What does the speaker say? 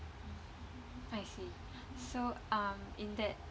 I see so um in that